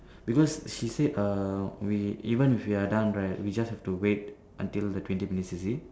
because she said err we even if we are done right we just have to wait until the twenty minutes is it